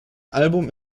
album